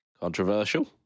Controversial